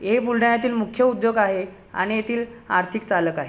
हे बुलढाण्यातील मुख्य उद्योग आहे आणि येथील आर्थिक चालक आहे